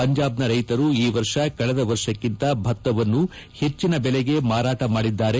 ಪಂಜಾಬ್ನ ರೈತರು ಈ ವರ್ಷ ಕಳೆದ ವರ್ಷಕ್ಕಿಂತ ಭತ್ತವನ್ನು ಹೆಚ್ಚಿನ ಬೆಲೆಗೆ ಮಾರಾಟ ಮಾಡಿದ್ದಾರೆ